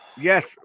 Yes